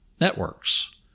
networks